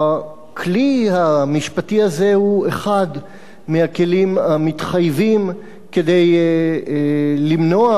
הכלי המשפטי הזה הוא אחד מהכלים המתחייבים כדי למנוע